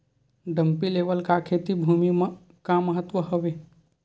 Dumpy level का खेती भुमि म का महत्व हावे?